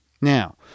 Now